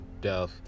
death